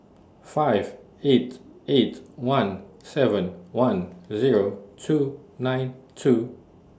five eight eight one seven one Zero two nine two